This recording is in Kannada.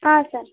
ಹಾಂ ಸರ್